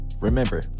Remember